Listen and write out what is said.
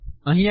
અહિયાં કેમ